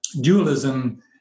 dualism